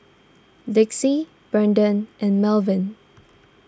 Dixie Braden and Melvin